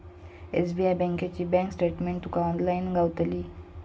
SBI बँकेची bank statement तुका online गावतली